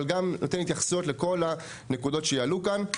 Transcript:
אבל גם נותן התייחסות לכל הנקודות שיעלו כאן.